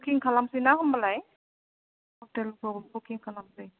booking खालामनोसै ना होनबालाय हटेलखौ बुकिं खालामनोसै